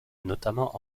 notamment